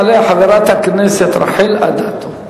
תעלה חברת הכנסת רחל אדטו.